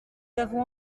avons